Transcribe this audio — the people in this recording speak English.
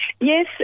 Yes